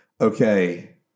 Okay